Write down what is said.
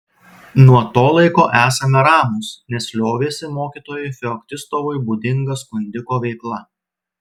nuo to laiko esame ramūs nes liovėsi mokytojui feoktistovui būdinga skundiko veikla